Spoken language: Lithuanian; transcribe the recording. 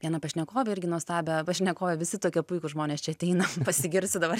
vieną pašnekovę irgi nuostabią pašnekovė visi tokie puikūs žmonės čia ateina pasigirsiu dabar